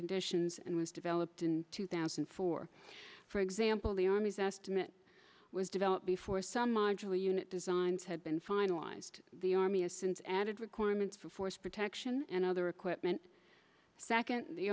conditions and was developed in two thousand and four for example the army's estimate was developed before some modular unit designs had been finalized the army has since added requirements for force protection and other equip second the